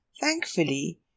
Thankfully